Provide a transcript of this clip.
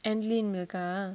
Anlene இருக்கா:irukkaa